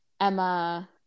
emma